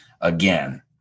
Again